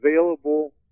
available